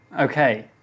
Okay